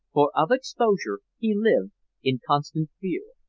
for of exposure he lived in constant fear.